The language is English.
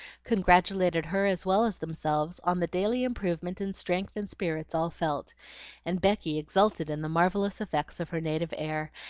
congratulated her as well as themselves on the daily improvement in strength and spirits all felt and becky exulted in the marvellous effects of her native air,